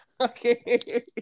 Okay